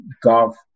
golf